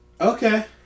Okay